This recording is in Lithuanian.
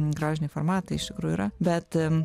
grožiniai formatai iš tikrųjų yra bet